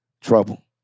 trouble